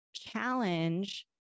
Challenge